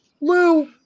Lou